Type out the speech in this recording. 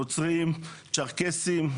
נוצרים ,צ'רקסים,